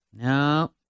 No